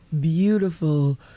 beautiful